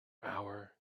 hour